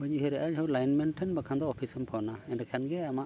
ᱵᱟᱹᱧ ᱩᱭᱦᱟᱹᱨᱮᱜᱼᱟ ᱡᱟᱦᱳ ᱞᱟᱭᱤᱱ ᱢᱮᱱ ᱴᱷᱮᱱ ᱵᱟᱠᱷᱟᱱ ᱫᱚ ᱚᱯᱷᱤᱥᱮᱢ ᱯᱷᱳᱱᱟ ᱮᱸᱰᱮᱠᱷᱟᱱᱜᱮ ᱟᱢᱟᱜ